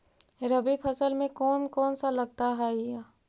रबी फैसले मे कोन कोन सा लगता हाइय?